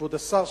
כבוד השר,